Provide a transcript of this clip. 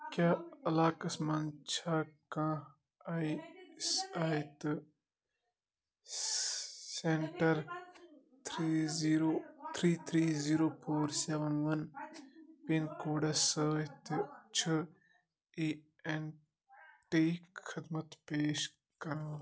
کیٛاہ علاقس مَنٛز چھا کانٛہہ آے س آے تہٕ centre three zero three three zero four seven one pin codes سۭتۍ تہٕ چھِ ای ایٚن ٹی خدمت پیش کران